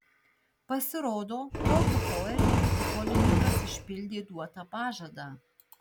pasirodo tokiu poelgiu futbolininkas išpildė duotą pažadą